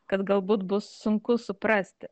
kad galbūt bus sunku suprasti